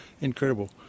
incredible